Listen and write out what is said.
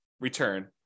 return